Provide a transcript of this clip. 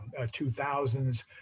2000s